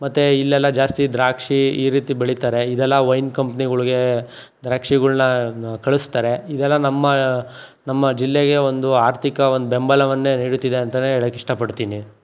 ಮತ್ತು ಇಲ್ಲೆಲ್ಲ ಜಾಸ್ತಿ ದ್ರಾಕ್ಷಿ ಈ ರೀತಿ ಬೆಳಿತಾರೆ ಇದೆಲ್ಲ ವೈನ್ ಕಂಪ್ನಿಗಳ್ಗೆ ದ್ರಾಕ್ಷಿಗಳ್ನ ಕಳಿಸ್ತಾರೆ ಇದೆಲ್ಲ ನಮ್ಮ ನಮ್ಮ ಜಿಲ್ಲೆಗೆ ಒಂದು ಆರ್ಥಿಕ ಒಂದು ಬೆಂಬಲವನ್ನೇ ನೀಡುತ್ತಿದೆ ಅಂತನೇ ಹೇಳಕ್ಕೆ ಇಷ್ಟಪಡ್ತೀನಿ